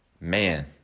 Man